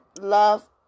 love